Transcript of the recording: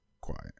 quiet